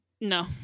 No